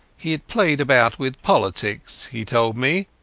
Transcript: he had played about with politics, he told me,